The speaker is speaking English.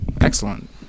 Excellent